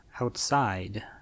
outside